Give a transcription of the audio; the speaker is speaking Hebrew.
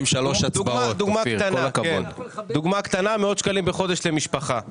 אנחנו עושים מהלך חקיקה שיוסיף מאות שקלים לכל משפחה עובדת.